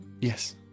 yes